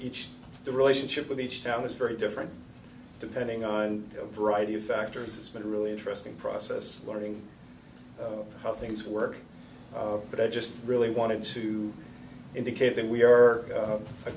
each the relationship with each town is very different depending on a variety of factors it's been a really interesting process learning how things work but i just really wanted to indicate that we are